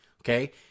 okay